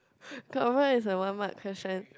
confirm is a one mark question